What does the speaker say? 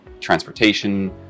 transportation